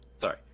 Sorry